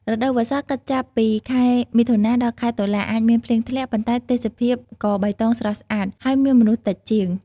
រដូវវស្សា គិតចាប់ពី ខែមិថុនា ដល់ខែ តុលា អាចមានភ្លៀងធ្លាក់ ប៉ុន្តែទេសភាពក៏បៃតងស្រស់ស្អាត ហើយមានមនុស្សតិចជាង។